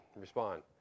respond